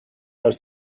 are